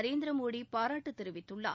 நரேந்திர மோடி பாராட்டு தெரிவித்துள்ளார்